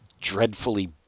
dreadfully